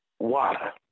Water